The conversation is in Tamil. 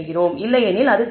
இல்லையெனில் தேவை இல்லை